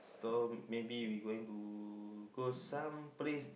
so maybe we going to go some place